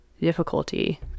difficulty